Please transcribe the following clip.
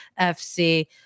FC